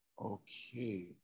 Okay